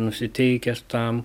nusiteikęs tam